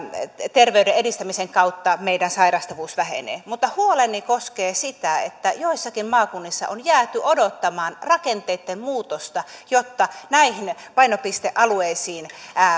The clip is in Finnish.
terveyden edistämisen kautta meillä sairastavuus vähenee mutta huoleni koskee sitä että joissakin maakunnissa on jääty odottamaan rakenteitten muutosta jotta näihin painopistealueisiin